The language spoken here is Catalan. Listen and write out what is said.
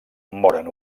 moren